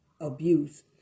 abuse